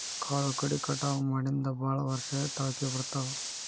ಕಾಳು ಕಡಿ ಕಟಾವ ಮಾಡಿಂದ ಭಾಳ ವರ್ಷ ತಾಳಕಿ ಬರ್ತಾವ